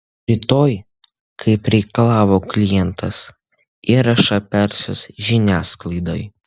rytoj kaip reikalavo klientas įrašą persiųs žiniasklaidai